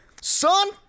Son